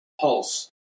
pulse